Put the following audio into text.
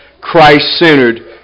Christ-centered